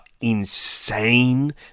insane